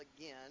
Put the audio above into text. again